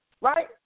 right